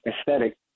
aesthetic